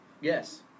Yes